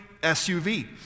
SUV